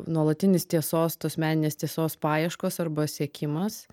nuolatinis tiesos tos meninės tiesos paieškos arba siekimas